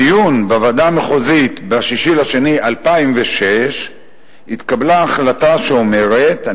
בדיון בוועדה המחוזית ב-6 בפברואר 2006 התקבלה החלטה שאומרת: